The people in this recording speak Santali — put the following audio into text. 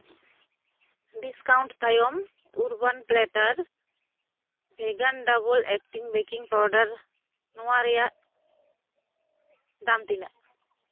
ᱰᱤᱥᱠᱟᱣᱩᱱᱴ ᱛᱟᱭᱚᱢ ᱩᱨᱵᱟᱱ ᱯᱞᱮᱴᱟᱨ ᱵᱷᱮᱜᱟᱱ ᱰᱚᱵᱚᱞ ᱮᱠᱴᱤᱝ ᱵᱮᱠᱤᱝ ᱯᱟᱣᱰᱟᱨ ᱱᱚᱣᱟ ᱨᱮᱭᱟᱜ ᱫᱟᱢ ᱛᱤᱱᱟᱹᱜ